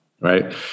right